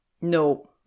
No